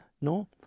no